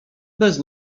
bez